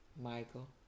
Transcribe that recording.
Michael